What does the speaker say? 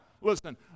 Listen